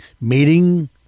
Meeting